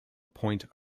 point